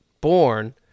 born